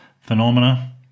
phenomena